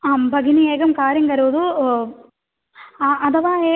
आं भगिनी एकं कार्यं करोतु अथवा ए